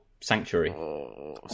Sanctuary